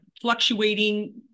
fluctuating